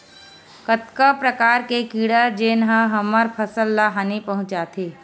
कतका प्रकार के कीड़ा जेन ह हमर फसल ल हानि पहुंचाथे?